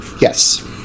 yes